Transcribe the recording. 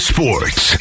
Sports